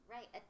Right